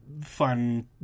fun